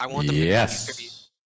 yes